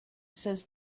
says